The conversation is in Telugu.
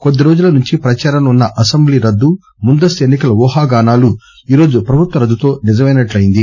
కొద్దిరోజుల నుంచి ప్రచారంలో ఉన్న అసెంబ్లీ రద్దు ముందస్తు ఎన్ని కల ఊహాగానాలు ఈరోజు ప్రభుత్వరద్దుతో నిజమైనట్లు అయ్యింది